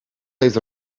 heeft